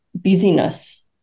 busyness